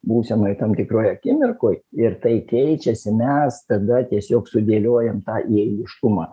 būsenoj tam tikroj akimirkoj ir tai keičiasi mes tada tiesiog sudėliojam tą į eiliškumą